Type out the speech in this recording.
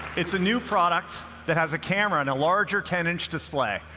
it's a new product that has a camera and a larger ten inch display,